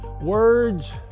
Words